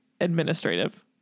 administrative